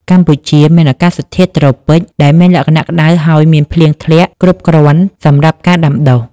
កម្ពុជាមានអាកាសធាតុ ត្រូពិច ដែលមានលក្ខណៈក្តៅហើយមានភ្លៀងធ្លាក់គ្រប់គ្រាន់សម្រាប់ការដាំដុះ។